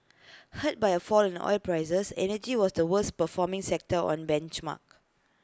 hurt by A fall in oil prices energy was the worst performing sector on benchmark